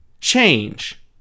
change